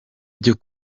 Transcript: byo